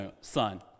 son